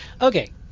Okay